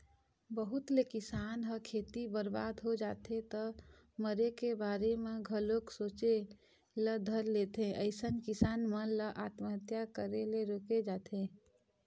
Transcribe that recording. बहुत ले किसान ह खेती बरबाद हो जाथे त मरे के बारे म घलोक सोचे ल धर लेथे अइसन किसान मन ल आत्महत्या करे ले रोके जाथे